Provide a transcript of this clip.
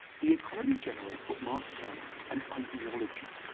the economy generates what marx termed an ideology.